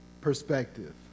perspective